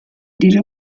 déjà